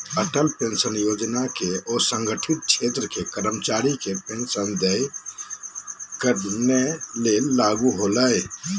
Atal pension योजना के असंगठित क्षेत्र के कर्मचारी के पेंशन देय करने ले चालू होल्हइ